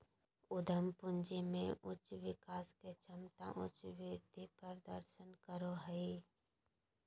उद्यम पूंजी में उच्च विकास के क्षमता उच्च वृद्धि प्रदर्शन करो हइ